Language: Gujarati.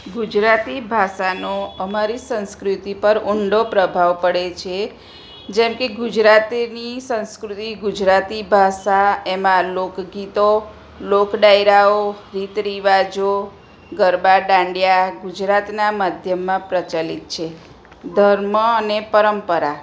ગુજરાતી ભાષાનો અમારી સંસ્કૃતિ પર ઊંડો પ્રભાવ પડે છે જેમકે ગુજરાતની સંસ્કૃતિ ગુજરાતી ભાષા એમાં લોકગીતો લોકડાયરાઓ રીત રિવાજો ગરબા ડાંડિયા ગુજરાતનાં માધ્યમમાં પ્રચલિત છે ધર્મ અને પરંપરા